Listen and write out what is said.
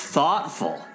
Thoughtful